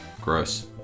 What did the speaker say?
Gross